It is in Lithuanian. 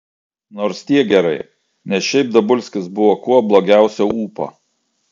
nors tiek gerai nes šiaip dabulskis buvo kuo blogiausio ūpo